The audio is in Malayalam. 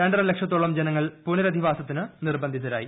രണ്ടരലക്ഷത്തോളം ജനങ്ങൾ പുനരധിവാസത്തിന് നിർബന്ധിതരായി